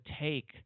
take